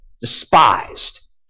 despised